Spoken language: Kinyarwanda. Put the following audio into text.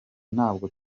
ntabwo